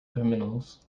criminals